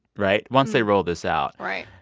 right? once they roll this out. right.